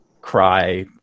cry